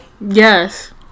Yes